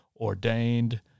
ordained